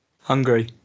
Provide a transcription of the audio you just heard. Hungry